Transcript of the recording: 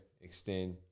Extend